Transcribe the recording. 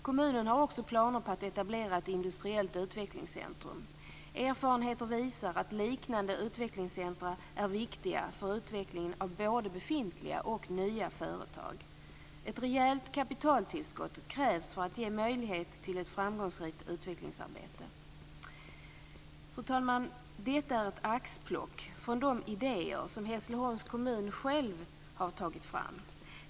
Kommunen har också planer på att etablera ett industriellt utvecklingscentrum. Erfarenheter visar att liknande utvecklingscentrum är viktiga för utvecklingen av både befintliga och nya företag. Ett rejält kapitaltillskott krävs för att ge möjlighet till ett framgångsrikt utvecklingsarbete. Fru talman! Detta är axplock från de idéer som Hässleholms kommun själv har tagit fram.